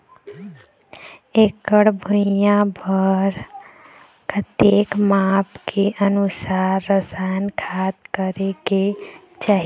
एकड़ भुइयां बार कतेक माप के अनुसार रसायन खाद करें के चाही?